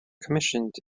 commissioned